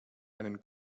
einen